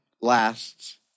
lasts